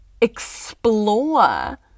explore